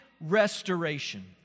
restoration